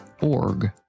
org